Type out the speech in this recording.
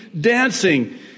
dancing